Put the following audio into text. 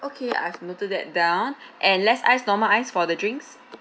okay I've noted that down and less ice normal ice for the drinks